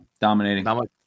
dominating